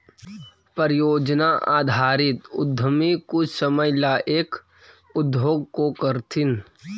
परियोजना आधारित उद्यमी कुछ समय ला एक उद्योग को करथीन